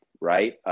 right